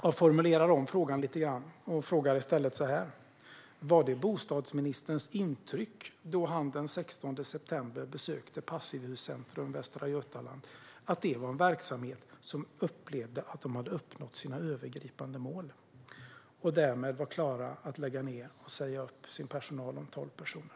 Jag formulerar om frågan lite grann och ställer den i stället på följande sätt: Var det bostadsministerns intryck, då han den 16 september besökte Passivhuscentrum Västra Götaland, att det var en verksamhet som upplevde att den hade uppnått sina övergripande mål och därmed var klar att lägga ned och säga upp sin personal om tolv personer?